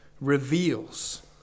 reveals